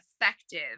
effective